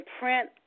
print